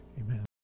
Amen